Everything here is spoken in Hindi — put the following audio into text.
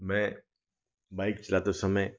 मैं बाइक़ चलाते समय